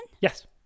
yes